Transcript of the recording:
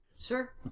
Sure